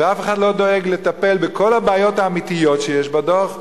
ואף אחד לא דואג לטפל בכל הבעיות האמיתיות שיש בדוח,